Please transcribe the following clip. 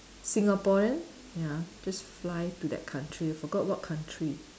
Singaporean ya just fly to that country forgot what country